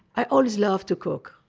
i always loved to cook,